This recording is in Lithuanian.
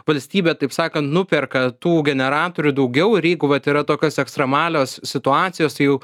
valstybė taip sakant nuperka tų generatorių daugiau ir jeigu vat yra tokios ekstremalios situacijos tai jau